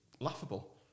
laughable